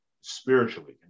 spiritually